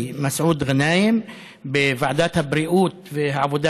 מסעוד גנאים בוועדת הבריאות והעבודה,